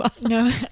No